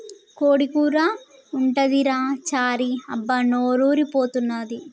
కోడి కూర ఉంటదిరా చారీ అబ్బా నోరూరి పోతన్నాది